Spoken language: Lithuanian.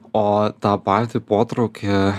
o tą patį potraukį